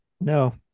No